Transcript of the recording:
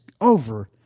over